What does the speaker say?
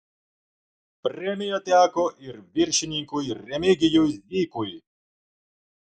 premija teko ir viršininkui remigijui zykui